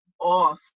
off